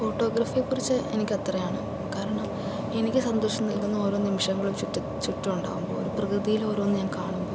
ഫോട്ടോഗ്രാഫിയെ കുറിച്ച് എനിക്ക് അത്രയാണ് കാരണം എനിക്ക് സന്തോഷം നൽകുന്ന ഓരോ നിമിഷങ്ങളും ചുറ്റും ചുറ്റും ഉണ്ടാകും പ്രകൃതിയിൽ ഓരോന്ന് ഞാൻ കാണും